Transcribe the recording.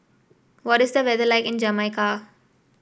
what is the weather like in Jamaica